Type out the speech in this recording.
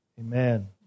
Amen